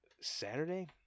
Saturday